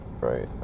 right